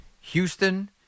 Houston